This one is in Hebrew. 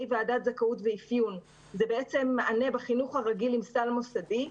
ועדת זכאות ואפיון זה מענה בחינוך הרגיל עם סל מוסדי,